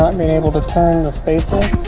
i mean able to turn the spacer